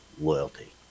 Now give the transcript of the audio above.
loyalty